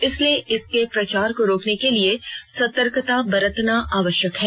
इसलिए इसके प्रसार को रोकने के लिए सतर्कता बरतना आवश्यक है